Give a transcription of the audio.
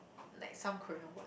like some Korean words